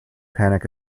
panic